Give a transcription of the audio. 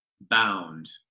bound